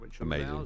amazing